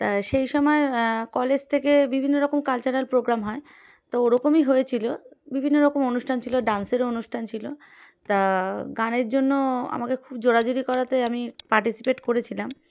তা সেই সময় কলেজ থেকে বিভিন্ন রকম কালচারাল প্রোগ্রাম হয় তো ওই রকমই হয়েছিলো বিভিন্ন রকম অনুষ্ঠান ছিলো ডান্সেরও অনুষ্ঠান ছিলো তা গানের জন্য আমাকে খুব জোরাজোরি করাতে আমি পার্টিসিপেট করেছিলাম